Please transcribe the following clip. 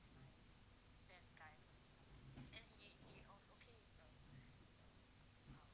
this guy and he also okay